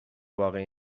واقعی